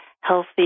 healthy